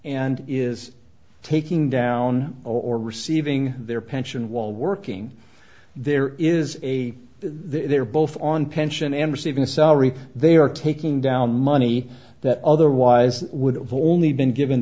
and is taking down or receiving their pension while working there is a they're both on pension and receiving a salary they are taking down money that otherwise would have only been given